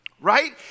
right